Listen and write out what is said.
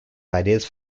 ideas